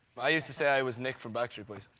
i used to say i was nick from backstreet boys.